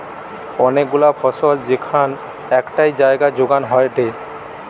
অনেক গুলা ফসল যেখান একটাই জাগায় যোগান হয়টে